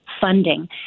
funding